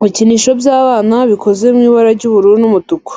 Ibikinisho by'abana bikoze mu ibara ry'ubururu n'umutuku.